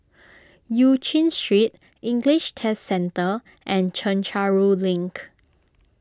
Eu Chin Street English Test Centre and Chencharu Link